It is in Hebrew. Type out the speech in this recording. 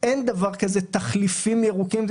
אין דבר כזה תחליפים ירוקים.